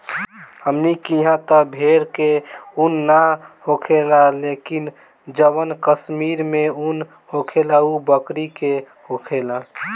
हमनी किहा त भेड़ के उन ना होखेला लेकिन जवन कश्मीर में उन होखेला उ बकरी के होखेला